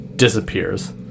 Disappears